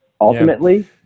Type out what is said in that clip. ultimately